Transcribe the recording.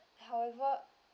however